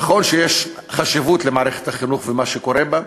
נכון שיש חשיבות למערכת החינוך ולמה שקורה בה,